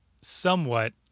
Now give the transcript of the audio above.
somewhat